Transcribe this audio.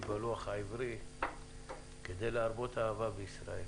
בלוח העברי על מנת להרבות אהבה בישראל,